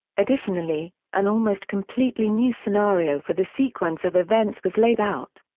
additionally, an almost completely new scenario for the sequence of events was laid out.